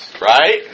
Right